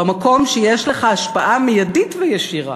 במקום שיש לך השפעה מיידית וישירה.